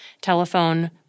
telephone